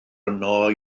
yno